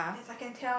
ya